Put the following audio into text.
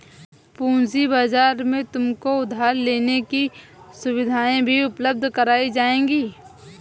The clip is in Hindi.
पूँजी बाजार में तुमको उधार लेने की सुविधाएं भी उपलब्ध कराई जाएंगी